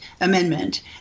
amendment